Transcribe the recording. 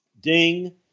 Ding